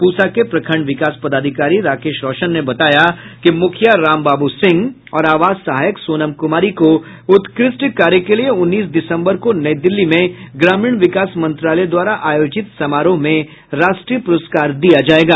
पूसा के प्रखंड विकास पदाधिकारी राकेश रौशन ने बताया कि मुखिया रामबाबू सिंह और आवास सहायक सोनम कुमारी को उत्कृष्ट कार्य के लिए उन्नीस दिसंबर को नई दिल्ली में ग्रामीण विकास मंत्रालय द्वारा आयोजित समारोह में राष्ट्रीय प्रस्कार दिया जायेगा